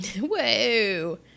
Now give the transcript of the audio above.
Whoa